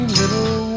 little